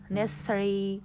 necessary